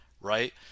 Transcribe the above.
Right